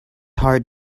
hard